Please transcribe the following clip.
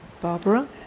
Barbara